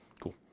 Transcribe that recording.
Cool